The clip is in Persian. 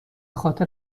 خاطر